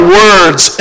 words